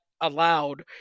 allowed